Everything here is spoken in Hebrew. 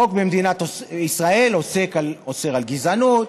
החוק במדינת ישראל אוסר גזענות,